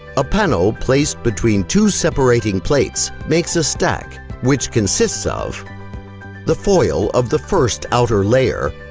a panel placed between two separating plates makes a stack, which consists of the foil of the first outer layer,